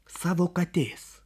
savo katės